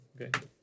Okay